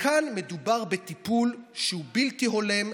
וכאן מדובר בטיפול שהוא בלתי הולם,